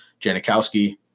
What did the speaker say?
janikowski